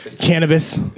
Cannabis